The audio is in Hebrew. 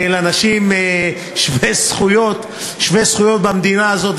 כאל אנשים שווי זכויות במדינה הזאת.